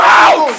out